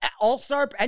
All-Star